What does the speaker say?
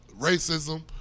racism